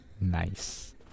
Nice